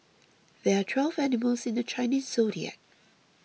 there are twelve animals in the Chinese zodiac